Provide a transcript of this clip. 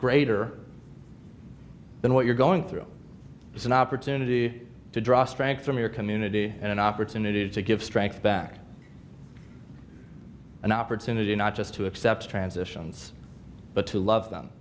greater than what you're going through as an opportunity to draw strength from your community and an opportunity to give strength back an opportunity not just to accept transitions but to love them